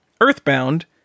EarthBound